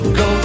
go